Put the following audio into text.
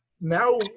now